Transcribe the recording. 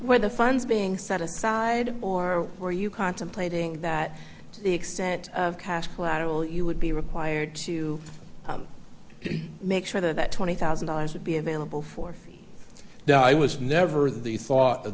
where the funds being set aside or are you contemplating that to the extent of cask lateral you would be required to make sure that twenty thousand dollars would be available for free i was never the thought of